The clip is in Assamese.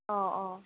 অ অ